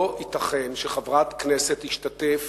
לא ייתכן שחברת כנסת תשתתף